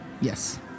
yes